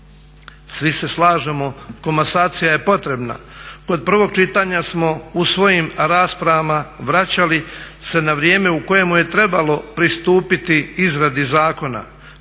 Svi se slažemo komasacija je potrebna, kod prvog čitanja smo u svojim raspravama se vraćali na vrijeme u kojemu je trebalo pristupiti izradi zakona.